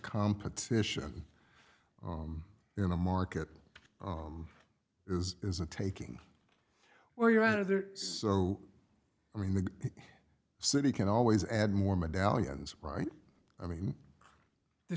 competition in a market is is a taking where you're out of there so i mean the city can always add more medallions right i mean the